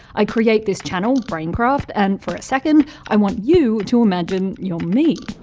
i create this channel, braincraft and for a second, i want you to imagine you're me.